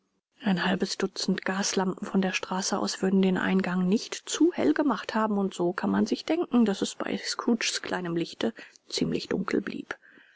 ein halbes dutzend gaslampen von der straße aus würden den eingang nicht zu hell gemacht haben und so kann man sich denken daß es bei scrooges kleinem lichte ziemlich dunkel blieb